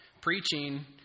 Preaching